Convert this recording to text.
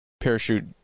parachute